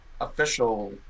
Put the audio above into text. official